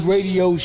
Radio